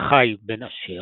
בה חי בן אשר,